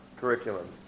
curriculum